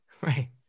right